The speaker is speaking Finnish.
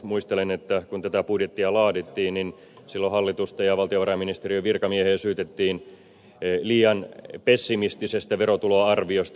muistelen että kun tätä budjettia laadittiin niin silloin hallitusta ja valtiovarainministeriön virkamiehiä syytettiin liian pessimistisestä verotuloarviosta